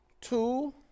Two